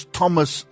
Thomas